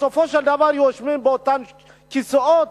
ובסופו של דבר יושבים באותם כיסאות,